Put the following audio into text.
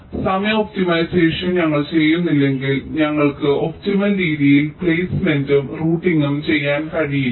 അതിനാൽ സമയ ഒപ്റ്റിമൈസേഷൻ ഞങ്ങൾ ചെയ്യുന്നില്ലെങ്കിൽ ഞങ്ങൾക്ക് ഒപ്റ്റിമൽ രീതിയിൽ പ്ലെയ്സ്മെന്റും റൂട്ടിംഗും ചെയ്യാൻ കഴിയില്ല